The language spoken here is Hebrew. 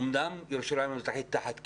אמנם ירושלים המזרחית תחת כיבוש,